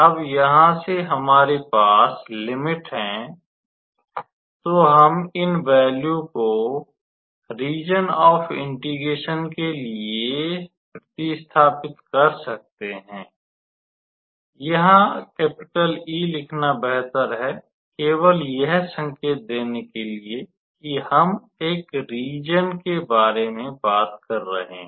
अब यहाँ से हमारे पास लिमिट हैं तो हम इन वैल्यू को रीज़न ऑफ इंटिग्रेशन के लिए प्र्तिस्थापित कर सकते हैं यहां E लिखना बेहतर है केवल यह संकेत देने के लिए कि हम एक रीज़न के बारे में बात कर रहे हैं